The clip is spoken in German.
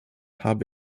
habe